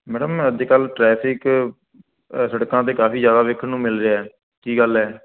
madam ਅੱਜ ਕੱਲ੍ਹ traffic ਸੜਕਾਂ 'ਤੇ ਕਾਫ਼ੀ ਜ਼ਿਆਦਾ ਵੇਖਣ ਨੂੰ ਮਿਲ ਰਿਹਾ ਕੀ ਗੱਲ ਹੈ